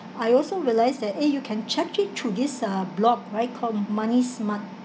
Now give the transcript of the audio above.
I also realised that eh you can check it through this uh blog right call m~money smart